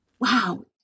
wow